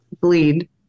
bleed